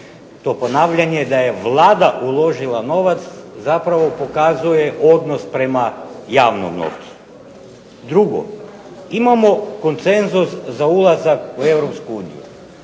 To ponavljanje da je Vlada uložila novac zapravo ukazuje odnos prema javnom novcu. Drugo. Imamo konsenzus za ulazak u